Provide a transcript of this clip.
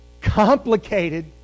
complicated